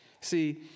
See